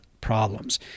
problems